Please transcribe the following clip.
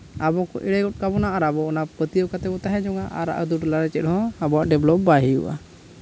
ᱟᱵᱚ ᱠᱚ ᱮᱲᱮ ᱜᱚᱫ ᱠᱟᱵᱚᱱᱟ ᱟᱨ ᱟᱵᱚ ᱱᱟ ᱯᱟᱹᱛᱭᱟᱹᱣ ᱠᱟᱛᱮᱫ ᱵᱚᱱ ᱛᱟᱦᱮᱸ ᱡᱚᱝᱟ ᱟᱨ ᱟᱛᱳ ᱴᱚᱞᱟᱨᱮ ᱪᱮᱫ ᱦᱚᱸ ᱟᱵᱚᱣᱟᱜ ᱰᱮᱵᱷᱞᱚᱯ ᱵᱟᱭ ᱦᱩᱭᱩᱜᱼᱟ